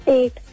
Eight